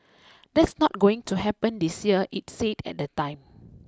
that's not going to happen this year it said at the time